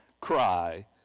cry